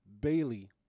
Bailey